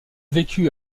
vécu